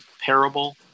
parable